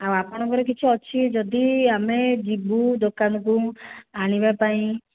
ଆଉ ଆପଣଙ୍କର କିଛି ଅଛି ଯଦି ଆମେ ଯିବୁ ଦୋକାନକୁ ଆଣିବା ପାଇଁ